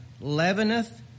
leaveneth